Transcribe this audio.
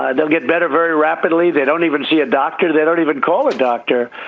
ah they'll get better very rapidly. they don't even see a doctor. they don't even call a doctor.